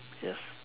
yes